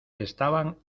estaban